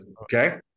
okay